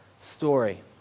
story